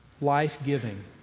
life-giving